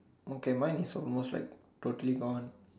okay mine is almost like totally gone